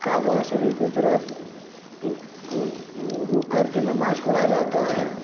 काबा शरीफ़ की तरफ़ रुख़ कर के नमाज़ पढ़ी जाती है